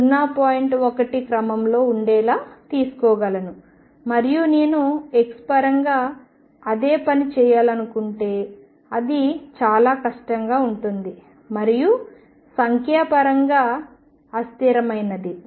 1 క్రమంలో ఉండేలా తీసుకోగలను మరియు నేను x పరంగా అదే పని చేయాలనుకుంటే అది చాలా కష్టంగా ఉంటుంది మరియు సంఖ్యాపరంగా అస్థిరమైనది